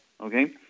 Okay